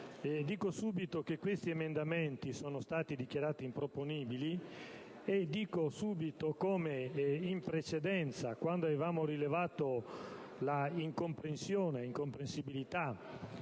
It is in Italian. Dico subito che questi emendamenti sono stati dichiarati improponibili e che in precedenza, quando avevamo rilevato l'incomprensibilità